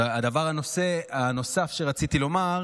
הנושא הנוסף שרציתי לומר